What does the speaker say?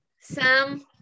Sam